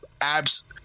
abs